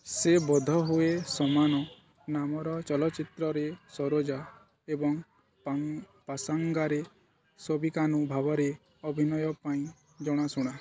ସେ ବୋଧ ହୁଏ ସମାନ ନାମର ଚଳଚ୍ଚିତ୍ରରେ ସରୋଜା ଏବଂ ପାସାଙ୍ଗାରେ ସୋବିକାନୁ ଭାବରେ ଅଭିନୟ ପାଇଁ ଜଣାଶୁଣା